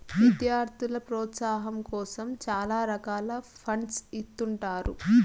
విద్యార్థుల ప్రోత్సాహాం కోసం చాలా రకాల ఫండ్స్ ఇత్తుంటారు